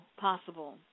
possible